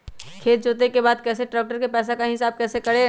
खेत जोते के बाद कैसे ट्रैक्टर के पैसा का हिसाब कैसे करें?